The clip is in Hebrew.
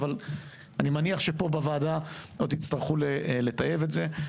אבל אני מניח שפה בוועדה עוד תצטרכו לטייב את זה.